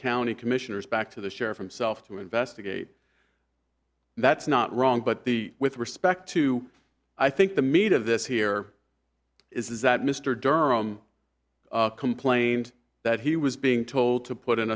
county commissioners back to the sheriff himself to investigate that's not wrong but the with respect to i think the meat of this here is that mr durham complained that he was being told to put an